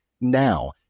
now